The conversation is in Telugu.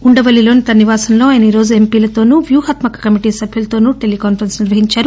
ఉందవల్లిలోని తన నివాసంలో ఆయనీరోజు ఎంపిలతోనూ వ్యూహాత్మక కమిటీ సభ్యులతోనూ టెలీ కాన్ఫరెన్స్ నిర్వహించారు